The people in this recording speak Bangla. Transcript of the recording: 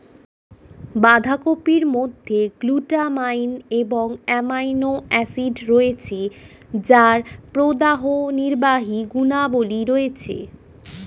বাঁধাকপির মধ্যে গ্লুটামাইন এবং অ্যামাইনো অ্যাসিড রয়েছে যার প্রদাহনির্বাহী গুণাবলী আছে